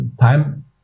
time